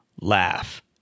laugh